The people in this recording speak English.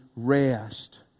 rest